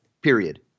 period